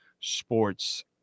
sports